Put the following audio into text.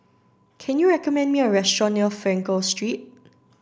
can you recommend me a restaurant near Frankel Street